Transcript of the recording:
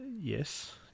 Yes